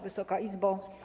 Wysoka Izbo!